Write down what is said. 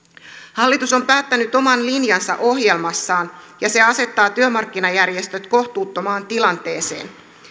hallitus on päättänyt oman linjansa ohjelmassaan ja se asettaa työmarkkinajärjestöt kohtuuttomaan tilanteeseen